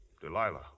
Delilah